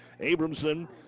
Abramson